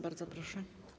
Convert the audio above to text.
Bardzo proszę.